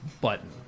button